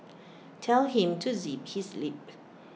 tell him to zip his lip